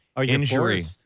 injury